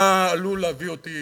מה שעלול להביא אותי